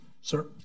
Sir